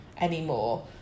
anymore